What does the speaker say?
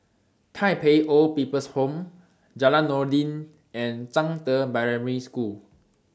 Tai Pei Old People's Home Jalan Noordin and Zhangde Primary School